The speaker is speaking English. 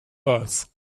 earth